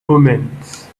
omens